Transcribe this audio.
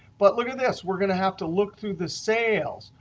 but look at this. we're going to have to look through the sales.